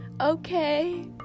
Okay